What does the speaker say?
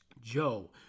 Joe